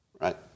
right